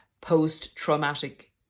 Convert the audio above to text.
post-traumatic